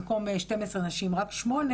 אם היו בהוסטל במקום 12 נשים רק שמונה,